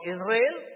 Israel